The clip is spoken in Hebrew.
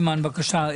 אימאן, בבקשה.